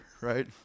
right